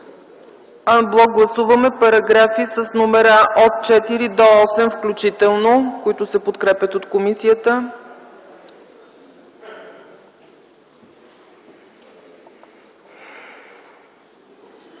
Ан блок гласуваме параграфи с номера от 4 до 8 включително, които се подкрепят от комисията.